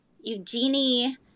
Eugenie